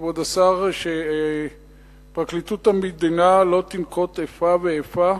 כבוד השר, שפרקליטות המדינה לא תנקוט איפה ואיפה,